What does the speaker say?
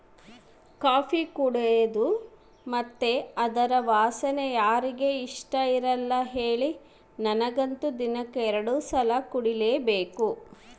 coffee ಕುಡೇದು ಮತ್ತೆ ಅದರ ವಾಸನೆ ಯಾರಿಗೆ ಇಷ್ಟಇರಲ್ಲ ಹೇಳಿ ನನಗಂತೂ ದಿನಕ್ಕ ಎರಡು ಸಲ ಕುಡಿಲೇಬೇಕು